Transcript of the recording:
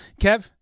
kev